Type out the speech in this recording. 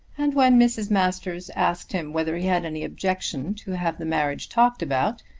and when mrs. masters asked him whether he had any objection to have the marriage talked about,